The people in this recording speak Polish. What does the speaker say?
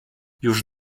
już